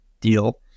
deal